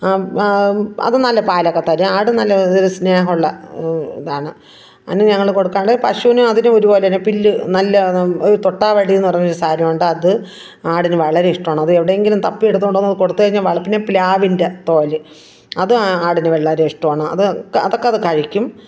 അതു നല്ല പാലൊക്കെ തരും ആട് നല്ല ഒരു സ്നേഹമുള്ള ഇതാണ് അതിനു ഞങ്ങൾ കൊടുക്കാറുണ്ട് പശുവിനും അതിനും ഒരുപോലെതന്നെ പില്ല് നല്ല തൊട്ടാവാടിയെന്നു പറഞ്ഞാൽ ഒരു സാധനമുണ്ട് അത് ആടിനു വളരെ ഇഷ്ടമാണ് അത് എവിടെയെങ്കിലും തപ്പിയെടുത്തു കൊണ്ടു വന്ന് അതു കൊടുത്തു കഴിഞ്ഞാൽ പിന്നെ പ്ലാവിൻ്റെ തോല് അതും ആടിനു വളരെ ഇഷ്ടമാണ് അത് അതൊക്കെ അതു കഴിക്കും